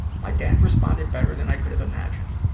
my dad responded better than i could have imagined.